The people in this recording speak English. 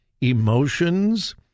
emotions